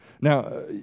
Now